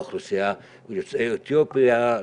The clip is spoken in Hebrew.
לאוכלוסיית יוצאי אתיופיה,